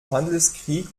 handelskrieg